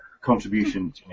contribution